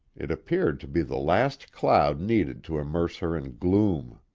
it appeared to be the last cloud needed to immerse her in gloom.